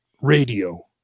radio